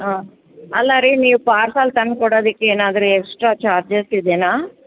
ಹಾಂ ಅಲ್ಲ ರೀ ನೀವು ಪಾರ್ಸಲ್ ತಂದ್ಕೊಡೋದಕ್ಕೆ ಏನಾದರು ಎಕ್ಸ್ಟ್ರಾ ಚಾರ್ಜಸ್ ಇದೇನು